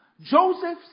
Joseph